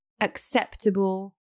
acceptable